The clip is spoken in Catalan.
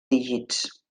dígits